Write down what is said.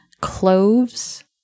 cloves